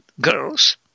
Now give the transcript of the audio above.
girls